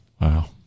Wow